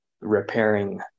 repairing